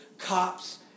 cops